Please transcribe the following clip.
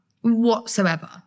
whatsoever